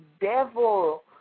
devil